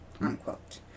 unquote